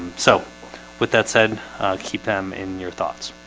so with that said keep them in your thoughts